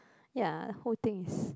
ya whole thing is